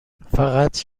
فقط